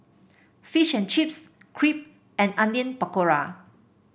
Fish and Chips Crepe and Onion Pakora